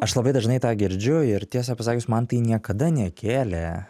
aš labai dažnai tą girdžiu ir tiesą pasakius man tai niekada nekėlė